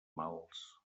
mals